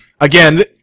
again